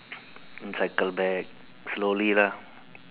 then cycle back slowly lah